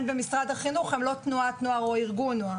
במשרד החינוך הם לא תנועת נוער או ארגון נוער.